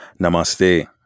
Namaste